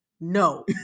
no